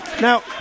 Now